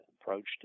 approached